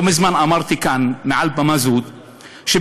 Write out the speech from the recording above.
לא מזמן אמרתי כאן מעל במה זו שב-39